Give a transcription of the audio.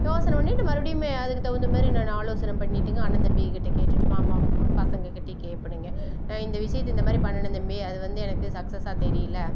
யோசனை பண்ணிவிட்டு மறுபடியுமே அதுக்கு தகுந்த மாதிரி நான் ஆலோசனை பண்ணிவிட்டுங்க அண்ணன் தம்பிகள் கிட்டே கேட்டுவிட்டு மாமாவும் பசங்கள் கிட்டேயும் கேட்பேனுங்க இந்த விஷயத்த இந்த மாதிரி பண்ணினேன் தம்பி அது வந்து எனக்கு சக்ஸஸாக தெரியல